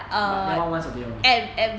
but that one once a day only